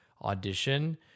audition